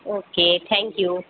okay thank you